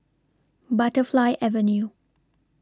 Butterfly Avenue